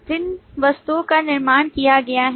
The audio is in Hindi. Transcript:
जिन वस्तुओं का निर्माण किया गया है